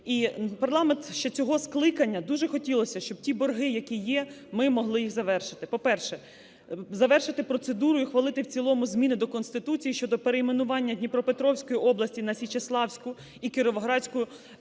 І парламент ще цього скликання, дуже б хотілось, щоб ті борги, які є, ми могли їх завершити. По-перше, завершити процедуру і ухвалити в цілому зміни до Конституції щодо перейменування Дніпропетровської області на Січеславську і Кіровоградської